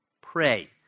pray